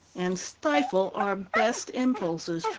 and stifle our best impulses.